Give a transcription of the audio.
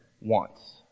wants